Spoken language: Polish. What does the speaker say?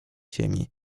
ziemi